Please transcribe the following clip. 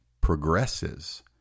progresses